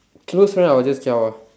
close friend I will just zhao